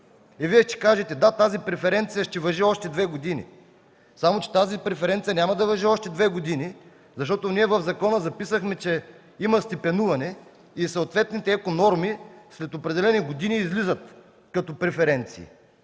Вие ще кажете: да, тази преференция ще важи още две години. Само че тази преференция няма да важи още две години, защото ние в закона записахме, че има степенуване и съответните еко норми след определени норми излизат като преференции.